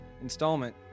installment